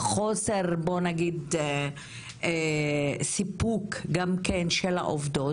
חוסר של סיפוק בוא נגיד, גם כן של העובדות.